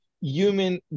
human